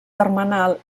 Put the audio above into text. termenal